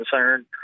concerned